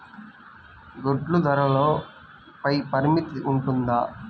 గుడ్లు ధరల పై పరిమితి ఉంటుందా?